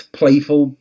playful